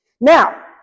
Now